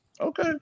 Okay